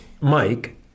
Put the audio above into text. Mike